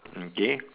mm K